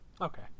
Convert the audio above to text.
okay